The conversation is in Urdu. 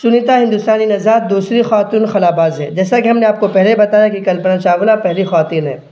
سنیتا ہندوستانی نژاد دوسری خاتون خلا باز ہے جیسا کہ ہم نے آپ کو پہلے بتایا کہ کلپنا چاولہ پہلی خواتین ہے